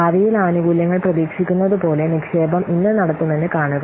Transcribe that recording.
ഭാവിയിൽ ആനുകൂല്യങ്ങൾ പ്രതീക്ഷിക്കുന്നതുപോലെ നിക്ഷേപം ഇന്ന് നടത്തുമെന്ന് കാണുക